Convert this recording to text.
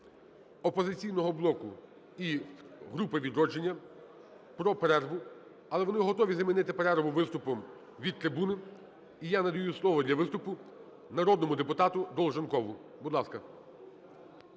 "Опозиційного блоку" і групи "Відродження" – про перерву, але вони готові замінити перерву виступом від трибуни. І я надаю слово для виступу народному депутату Долженкову. Будь ласка.